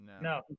No